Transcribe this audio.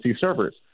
servers